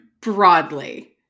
broadly